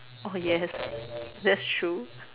oh yes that's true